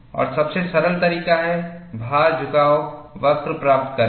और सबसे सरल तरीका है भार झुकाव वक्र प्राप्त करना